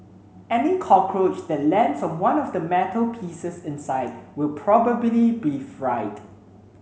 any cockroach that lands on one of the metal pieces inside will probably be fried